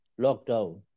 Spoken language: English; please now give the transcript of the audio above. lockdown